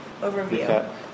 overview